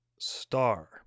star